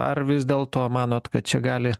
ar vis dėlto manot kad čia gali